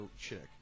chick